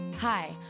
Hi